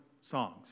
songs